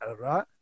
right